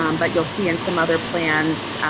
um but you'll see in some other plans,